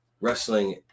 wrestling